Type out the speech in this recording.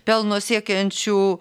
pelno siekiančių